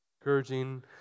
encouraging